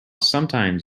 sometimes